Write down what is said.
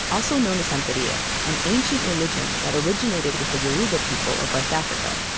also known as santeria, an ancient religion that originated with the yoruba people of west africa,